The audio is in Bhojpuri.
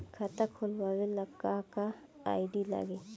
खाता खोलाबे ला का का आइडी लागी?